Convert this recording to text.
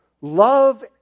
Love